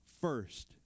first